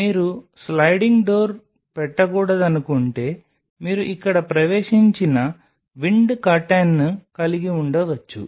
మీరు sliding door పెట్టకూడదనుకుంటే మీరు ఇక్కడ ప్రవేశించిన విండ్ కర్టెన్ని కలిగి ఉండవచ్చు